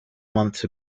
months